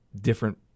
different